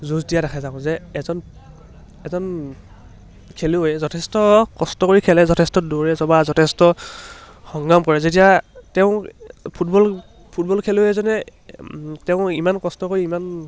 যুঁজ দিয়া দেখা যাওঁ যে এজন এজন খেলুৱৈয়ে যথেষ্ট কষ্ট কৰি খেলে যথেষ্ট দৌৰে বা যথেষ্ট সংগ্ৰাম কৰে যেতিয়া তেওঁ ফুটবল ফুটবল খেলুৱৈ এজনে তেওঁ ইমান কষ্ট কৰি ইমান